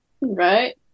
right